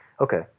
Okay